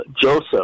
Joseph